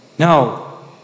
No